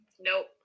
Nope